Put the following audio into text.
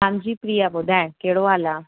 हांजी प्रिया ॿुधाए कहिड़ो हालु आहे